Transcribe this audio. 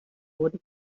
wurde